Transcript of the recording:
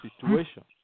situation